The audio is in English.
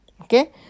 Okay